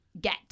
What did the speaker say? Get